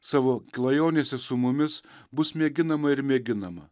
savo klajonėse su mumis bus mėginama ir mėginama